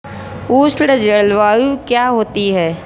उष्ण जलवायु क्या होती है?